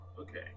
okay